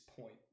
point